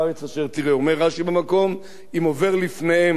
אומר רש"י במקום: אם עובר לפניהם נוחלים,